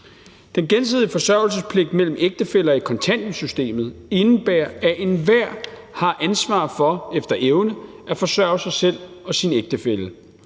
Den gensidige forsørgelsespligt mellem ægtefæller i kontanthjælpssystemet indebærer, at enhver har ansvar for efter evne at forsørge sig selv og sin ægtefælle.